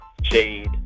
Jade